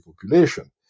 population